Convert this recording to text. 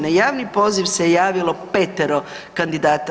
Na javni poziv se javilo petero kandidata.